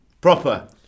Proper